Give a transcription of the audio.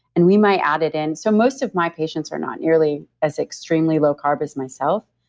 and we might add it in. so, most of my patients are not nearly as extremely low-carb as myself.